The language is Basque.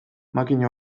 makina